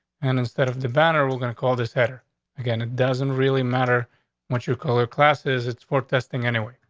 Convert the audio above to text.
and instead of the vanora, we're gonna call this header again. it doesn't really matter what your color classes. it's for testing anyway.